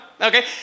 Okay